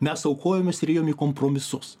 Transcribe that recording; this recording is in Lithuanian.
mes aukojomės ir ėjom į kompromisus